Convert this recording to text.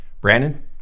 Brandon